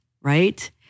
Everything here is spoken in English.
right